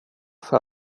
för